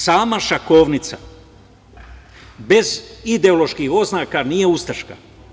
Sama šahovnica bez ideoloških oznaka nije ustaška.